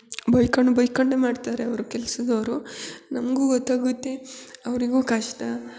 ಬೈಕೊಂಡು ಬೈಕೊಂಡೇ ಮಾಡ್ತಾರೆ ಅವ್ರ ಕೆಲಸದವ್ರು ನಮಗೂ ಗೊತ್ತಾಗುತ್ತೆ ಅವರಿಗೂ ಕಷ್ಟ